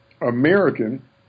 American